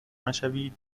مشوید